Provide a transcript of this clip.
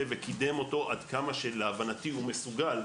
וקידם אותו עד כמה שלהבנתי הוא מסוגל.